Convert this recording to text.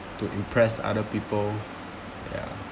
to impress other people ya